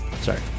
Sorry